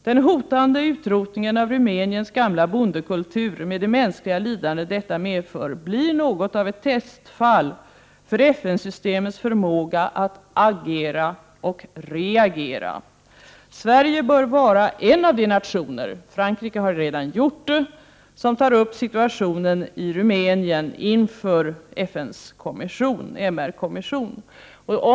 Den hotande utrotningen av Rumäniens gamla bondekultur, med det mänskliga lidande detta medför, blir något av ett testfall för FN-systemets förmåga att agera och reagera. Sverige bör vara en av de nationer — Frankrike har redan gjort det — som tar upp situationen i Rumänien inför FN:s kommission för de mänskliga rättigheterna.